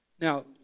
Now